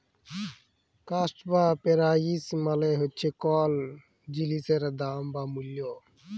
cost বা price মালে হছে কল জিলিসের দাম বা মূল্য